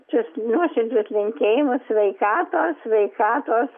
linkėjimus sveikatos sveikatos